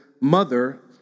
mother